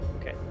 okay